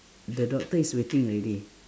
the doctor is waiting already